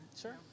Sure